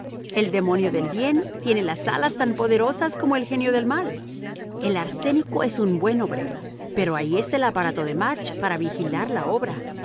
el demonio del bien tiene las alas tan poderosas como el genio del mal el arsénico es un buen obrero pero ahí está el aparato de march para vigilar la obra